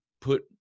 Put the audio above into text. put